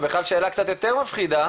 ושאלה קצת יותר מפחידה